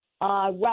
right